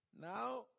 Now